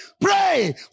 pray